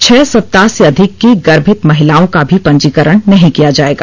छह सप्ताह से अधिक की गर्मित महिलाओं का भी पंजीकरण नहीं किया जाएगा